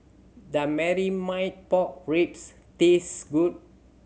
does pork ribs taste good